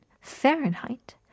Fahrenheit